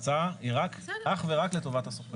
ההצעה היא אך ורק לטובת השוכר.